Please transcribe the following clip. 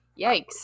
yikes